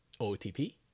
OTP